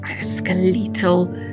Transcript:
skeletal